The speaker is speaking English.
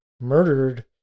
murdered